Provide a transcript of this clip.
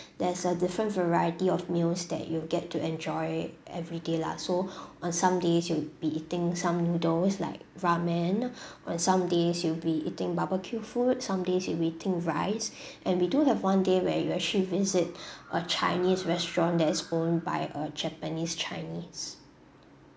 there's a different variety of meals that you will get to enjoy everyday lah so on some days you would be eating some noodle with like ramen on some days you'll be eating barbecue food some days you'll be eating rice and we do have one day where you actually visit a chinese restaurant that is owned by a japanese chinese